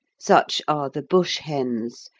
such are the bush-hens,